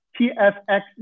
tfx